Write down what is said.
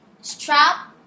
Strap